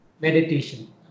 meditation